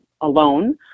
alone